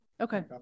Okay